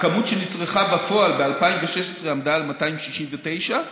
הכמות שנצרכה בפועל ב-2016 עמדה על 269,